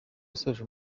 yasoje